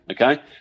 Okay